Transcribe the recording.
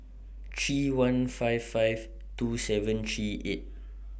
three one five five two seven three eight